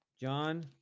John